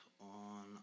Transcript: on